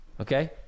okay